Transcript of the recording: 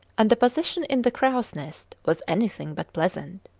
and the position in the crow's nest was anything but pleasant.